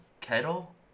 Kettle